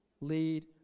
lead